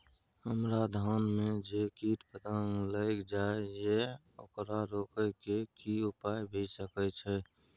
हमरा धान में जे कीट पतंग लैग जाय ये ओकरा रोके के कि उपाय भी सके छै?